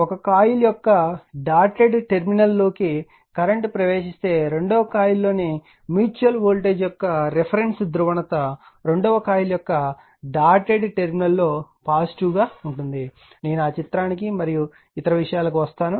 ఒక కాయిల్ యొక్క డాటెడ్ టెర్మినల్లోకి కరెంట్ ప్రవేశిస్తే రెండవ కాయిల్లోని మ్యూచువల్ వోల్టేజ్ యొక్క రిఫరెన్స్ ధ్రువణత రెండవ కాయిల్ యొక్క డాటెడ్ టెర్మినల్లో పాజిటివ్ గా ఉంటుంది నేను ఆ చిత్రానికి మరియు ఇతర విషయాల కు వస్తాను